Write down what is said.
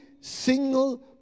single